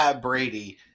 Brady